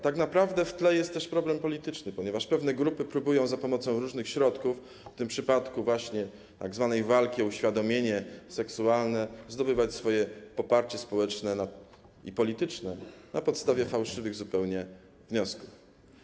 Tak naprawdę w tle jest też problem polityczny, ponieważ pewne grupy próbują za pomocą różnych środków, w tym przypadku tzw. walki o uświadomienie seksualne, zdobywać swoje poparcie społeczne i polityczne na podstawie zupełnie fałszywych wniosków.